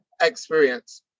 experience